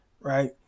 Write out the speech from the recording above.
right